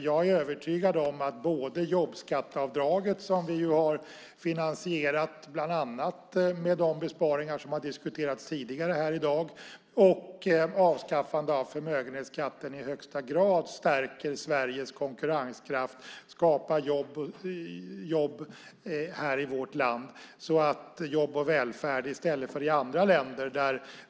Jag är övertygad om att både jobbskatteavdraget, som vi har finansierat bland annat med de besparingar som har diskuterats tidigare här i dag, och avskaffandet av förmögenhetskatten i högsta grad stärker Sveriges konkurrenskraft och skapar jobb och välfärd i vårt land i stället för i andra länder.